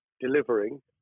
delivering